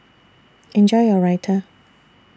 Enjoy your Raita